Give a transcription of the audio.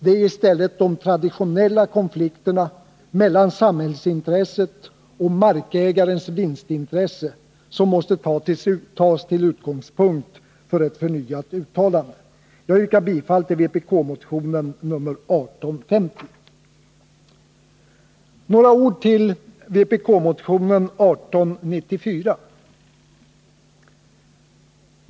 Det är i stället de traditionella konflikterna mellan samhällsintresset och markägarens vinstintresse som måste tas till utgångspunkt för ett förnyat uttalande. Jag yrkar bifall till vpk-motionen nr 1850.